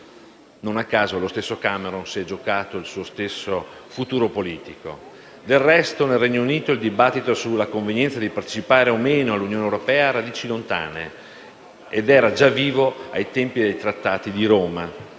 (non a caso lo stesso Cameron si è giocato il suo stesso futuro politico). Del resto nel Regno Unito il dibattito sulla convenienza di partecipare o no alla Unione europea ha radici lontane: era già vivo ai tempi dei Trattati di Roma.